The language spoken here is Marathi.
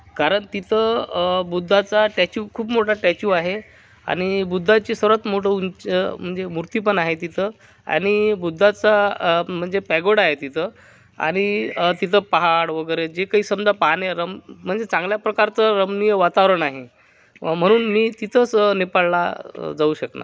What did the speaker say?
कारण तिथं बुद्धाचा टॅच्यू खूप मोठा टॅच्यू आहे आणि बुद्धाची सर्वात मोठं उंच म्हणजे मूर्ती पण आहे तिथं आणि बुद्धाचा म्हणजे पॅगोडा आहे तिथं आणि तिथं पहाड वगैरे जे काही समदं पाहण्या रम् म्हणजे चांगल्या प्रकारचं रम्य वातावरण आहे म्हणून मी तिथंच नेपाळला जाऊ शकणार